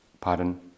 pardon